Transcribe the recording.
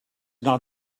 not